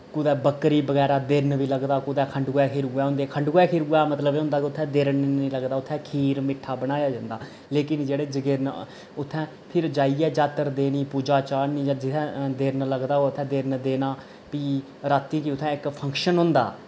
कुतै बक्करी बगैरा देरन बी लगदा कुतै खंडुऐ खीरुऐ होंदे खंडुऐ खीरुऐ मतलब एह् होंदा के उत्थैं देर्न नि लगदा उत्थैं खीर मिट्ठा बनाया जंदा लेकिन जेह्ड़े जगेरन उत्थैं फिर जाइयै जात्तर देनी पूजा चाढ़नी जां जित्थैं देरन लगदा उत्थैं देरन देना फ्ही रातीं के उत्थैं इक फंक्शन होंदा